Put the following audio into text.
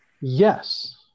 Yes